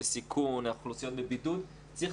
אוכלוסיות בסיכון ואוכלוסיות בבידוד וצריך